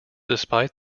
despite